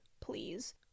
please